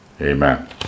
Amen